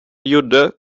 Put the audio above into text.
gjorde